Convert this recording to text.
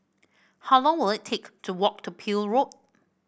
how long will it take to walk to Peel Road